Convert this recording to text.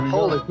Holy